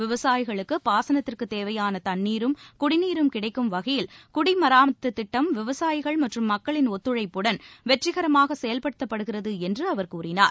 விவசாயிகளுக்கு பாசனத்திற்குத் தேவையான தண்ணீரும் குடிநீரும் கிடைக்கும் வகையில் குடிம்ராமத்து திட்டம் விவசாயிகள் மற்றும் மக்களின் ஒத்துழைப்புடன் வெற்றிகரமாக செயல்படுத்தப்படுகிறது என்று அவர் கூறினார்